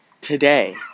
today